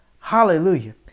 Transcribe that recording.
Hallelujah